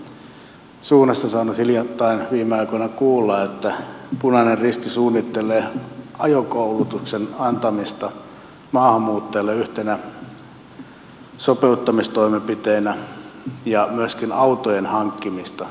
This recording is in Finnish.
olen useammasta suunnasta saanut hiljattain viime aikoina kuulla että punainen risti suunnittelee ajokoulutuksen antamista maahanmuuttajille yhtenä sopeuttamistoimenpiteenä ja myöskin autojen hankkimista maahanmuuttajille